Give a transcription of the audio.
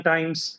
Times